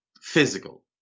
physical